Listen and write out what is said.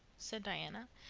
said diana,